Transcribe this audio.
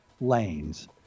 lanes